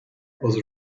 was